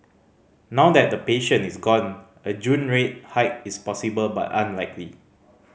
now that the patient is gone a June rate hike is possible but unlikely